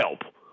help